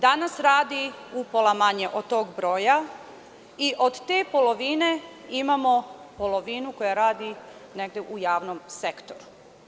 Danas radim upola manje od tog broja i od te polovine imamo polovinu koja radi negde u javnom sektoru.